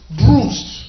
bruised